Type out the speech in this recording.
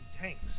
tanks